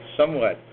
somewhat